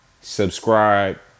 subscribe